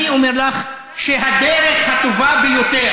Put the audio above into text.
אני אומר לך שהדרך הטובה ביותר,